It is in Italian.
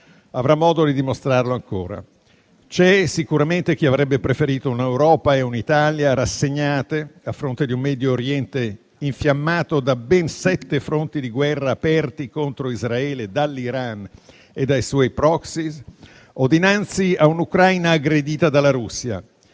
avrà modo di dimostrarlo ancora. C'è sicuramente chi avrebbe preferito un'Europa e un'Italia rassegnate, a fronte di un Medio Oriente infiammato da ben sette fronti di guerra aperti contro Israele dall'Iran e dai suoi *proxy*, o dinanzi a un'Ucraina aggredita dalla Russia.